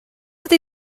ydy